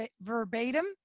verbatim